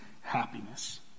happiness